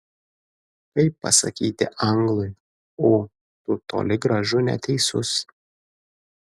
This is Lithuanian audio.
kaip pasakyti anglui o tu toli gražu neteisus